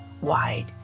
wide